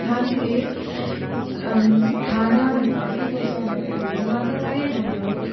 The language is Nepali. हामीले खानाहरूमा के गर्छ भन्दाखेरि मातालाई हाम्रो